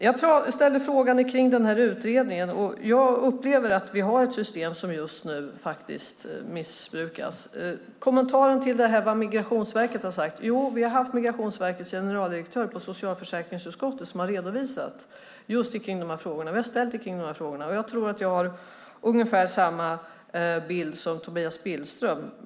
Jag ställde frågan om den här utredningen, och jag upplever att vi har ett system som just nu missbrukas. När det gäller kommentaren till vad Migrationsverket har sagt kan jag säga: Jo, vi har haft Migrationsverkets generaldirektör på besök i socialförsäkringsutskottet, som har redovisat just kring de frågor som vi har ställt. Jag tror att jag har ungefär samma bild som Tobias Billström.